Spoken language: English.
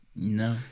No